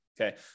okay